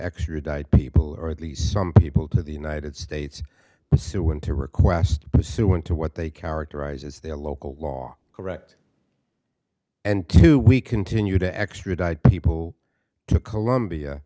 extradite people or at least some people to the united states who went to request pursuant to what they characterize as their local law correct and do we continue to extradite people to colombia